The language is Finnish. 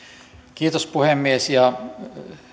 kiitos puhemies ja